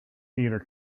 theatre